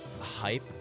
hype